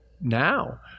now